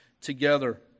together